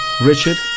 Richard